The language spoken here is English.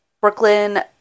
Brooklyn